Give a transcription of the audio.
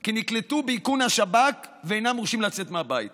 כי נקלטו באיכון השב"כ ואינם מורשים לצאת מן הבית